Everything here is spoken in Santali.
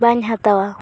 ᱵᱟᱹᱧ ᱦᱟᱛᱟᱣᱟ